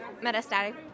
metastatic